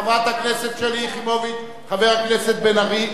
חברת הכנסת שלי יחימוביץ וחבר הכנסת בן-ארי,